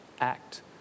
act